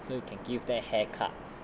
so you can give them haircuts